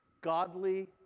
godly